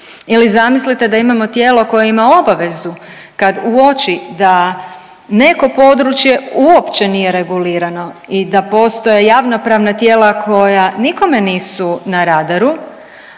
Ili zamislite da imamo tijelo koje ima obavezu kad uoči da neko područje uopće nije regulirano i da postoje javnopravna tijela koja nikome nisu na radaru,